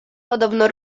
podobno